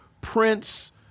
Prince